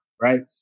Right